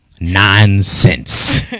nonsense